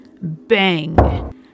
Bang